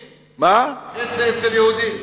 חצי אצל יהודים.